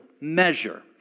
measure